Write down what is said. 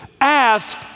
Ask